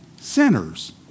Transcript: sinners